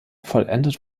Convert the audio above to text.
vollendet